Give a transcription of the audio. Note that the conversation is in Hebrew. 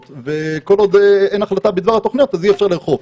וכל עוד אין החלטה בדבר התוכניות אז אי-אפשר לאכוף.